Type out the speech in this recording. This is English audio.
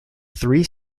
three